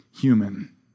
human